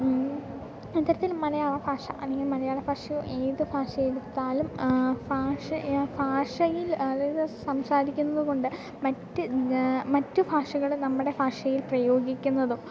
ഇത്തരത്തിൽ മലയാള ഭാഷ അല്ലെങ്കിൽ മലയാള ഭാഷയെ ഏതു ഭാഷയെടുത്താലും ഭാഷ ഭാഷയിൽ അതായത് സംസാരിക്കുന്നതു കൊണ്ട് മറ്റ് മറ്റ് ഭാഷകൾ നമ്മുടെ ഭാഷയിൽ പ്രയോഗിക്കുന്നതും